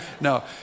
No